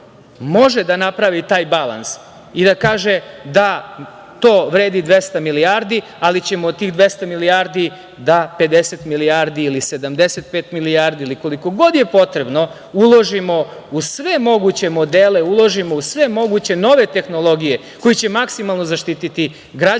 može da napravi taj balans i da kaže da to vredi 200 milijardi, ali ćemo od tih 200 milijardi da 50 milijardi ili 75 milijardi ili koliko god je potrebno uložimo u sve moguće modele, u sve moguće nove tehnologije koje će maksimalno zaštiti građane